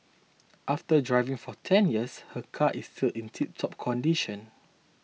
after driving for ten years her car is still in tiptop condition